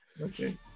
Okay